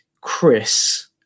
Chris